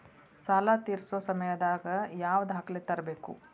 ಸಾಲಾ ತೇರ್ಸೋ ಸಮಯದಾಗ ಯಾವ ದಾಖಲೆ ತರ್ಬೇಕು?